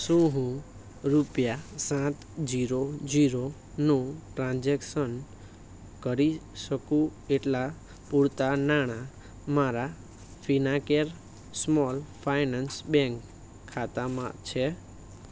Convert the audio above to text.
શું હું રૂપિયા સાત જીરો જીરોનું ટ્રાન્ઝેક્શન કરી શકું એટલા પૂરતા નાણા મારા ફીનાકેર સ્મોલ ફાઇનાન્સ બેંક ખાતામાં છે